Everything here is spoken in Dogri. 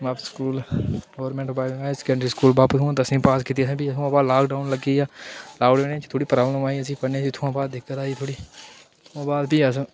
बप्प school government boys high secondary school बप्प हून दसमीं पास कीती असें भी उत्थुआं बाद लाकडाउन लग्गी गेआ लाॅकडाउन च थोह्ड़ी प्राॅब्लम आई असेंई पढ़ने दी इत्थुआं बाद दिक्कत आई थोह्ड़ी इत्थुआं बाद भी अस